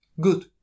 Good